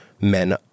men